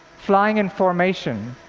flying in formation.